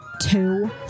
Two